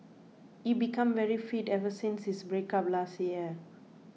he became very fit ever since his breakup last year